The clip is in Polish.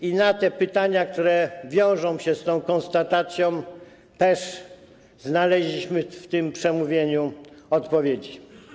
I na te pytania, które wiążą się z tą konstatacją, też znaleźliśmy w tym przemówieniu odpowiedzi.